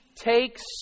takes